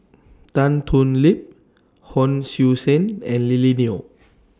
Tan Thoon Lip Hon Sui Sen and Lily Neo